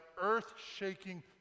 earth-shaking